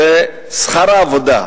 שכר העבודה לשעה,